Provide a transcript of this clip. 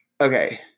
Okay